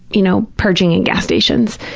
you know, purging in gas stations.